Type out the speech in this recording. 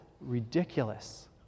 ridiculous